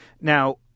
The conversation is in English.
Now-